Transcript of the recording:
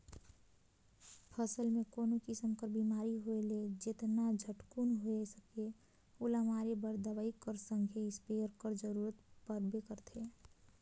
फसिल मे कोनो किसिम कर बेमारी होए ले जेतना झटकुन होए सके ओला मारे बर दवई कर संघे इस्पेयर कर जरूरत परबे करथे